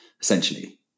essentially